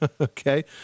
Okay